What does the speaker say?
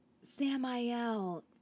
Samuel